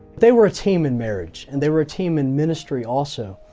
they were a team in marriage, and they were a team in ministry also.